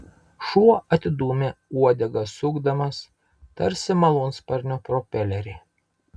šuo atidūmė uodegą sukdamas tarsi malūnsparnio propelerį